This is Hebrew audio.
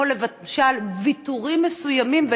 כמו למשל ויתורים מסוימים,